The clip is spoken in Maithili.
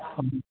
हम